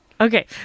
Okay